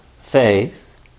faith